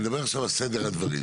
אני מדבר עכשיו על סדר הדברים.